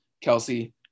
Kelsey